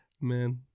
Man